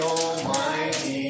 Almighty